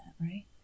right